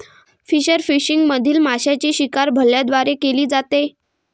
spearfishing मधील माशांची शिकार भाल्यांद्वारे केली जाते